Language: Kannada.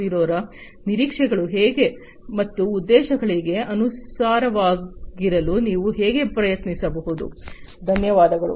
0 ರ ನಿರೀಕ್ಷೆಗಳು ಮತ್ತು ಉದ್ದೇಶಗಳಿಗೆ ಅನುಸಾರವಾಗಿರಲು ನೀವು ಹೇಗೆ ಪ್ರಯತ್ನಿಸಬಹುದು